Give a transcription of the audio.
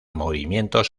movimientos